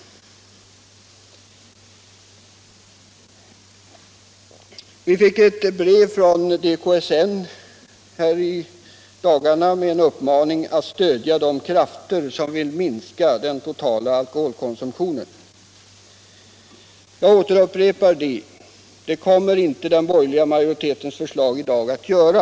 Vi fick i dagarna ett brev från DKSN med en uppmaning att stödja de krafter som vill minska den totala alkoholkonsumtionen. Jag upprepar att det kommer inte den borgerliga majoritetens förslag i dag att göra.